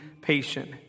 patient